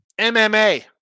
MMA